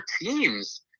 teams